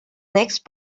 next